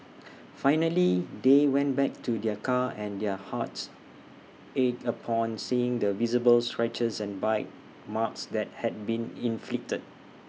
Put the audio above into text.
finally they went back to their car and their hearts ached upon seeing the visible scratches and bite marks that had been inflicted